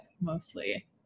mostly